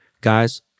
guys